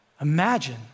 Imagine